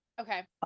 okay